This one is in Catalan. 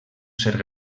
cert